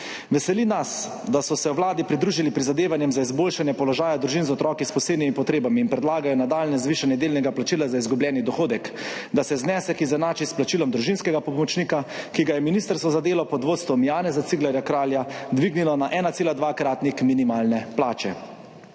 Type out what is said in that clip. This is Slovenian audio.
Veseli nas, da so se na Vladi pridružili prizadevanjem za izboljšanje položaja družin z otroki s posebnimi potrebami in predlagajo nadaljnje zvišanje delnega plačila za izgubljeni dohodek, da se znesek izenači s plačilom družinskega pomočnika, ki ga je Ministrstvo za delo pod vodstvom Janeza Ciglerja Kralja dvignilo na 1,2-kratnik minimalne plače.